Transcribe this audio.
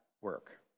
work